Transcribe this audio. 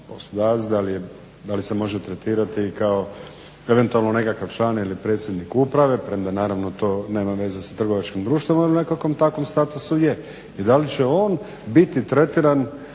poslodavac, da li se može tretirati i kao eventualno nekakav član ili predsjednik uprave premda naravno to nema veze sa trgovačkim društvom u nekakvom takvom statusu. I da li će on biti tretiran